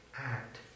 act